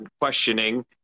questioning